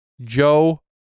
Joe